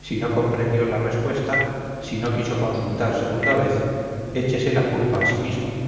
si no comprendió la respuesta si no quiso consultar segunda vez échese la culpa a sí mismo